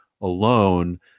alone